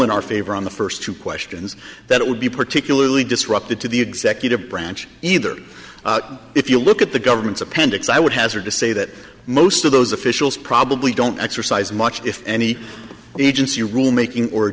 in our favor on the first two questions that it would be particularly disruptive to the executive branch either if you look at the government's appendix i would hazard to say that most of those officials probably don't exercise much if any agency rulemaking or